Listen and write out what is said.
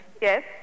yes